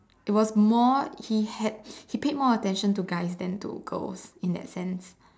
it was more he had he paid more attention to guys than to girls in that sense